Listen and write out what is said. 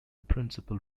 principal